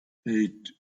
eight